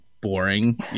boring